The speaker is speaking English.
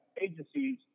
agencies